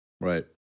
Right